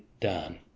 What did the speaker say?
done